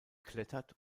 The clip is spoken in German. klettert